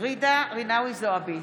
ג'ידא רינאוי זועבי,